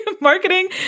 marketing